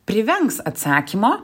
privengs atsakymo